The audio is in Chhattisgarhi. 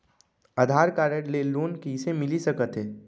आधार कारड ले लोन कइसे मिलिस सकत हे?